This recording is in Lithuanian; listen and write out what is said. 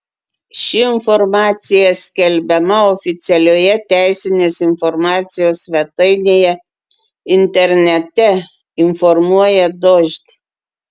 ši informacija skelbiama oficialioje teisinės informacijos svetainėje internete informuoja dožd